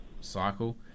cycle